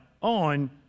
on